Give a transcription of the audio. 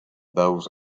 those